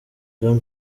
jean